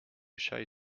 shy